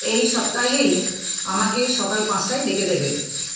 এই সপ্তাহেই আমাকে সকাল পাঁচটায় ডেকে দেবে